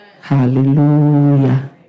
Hallelujah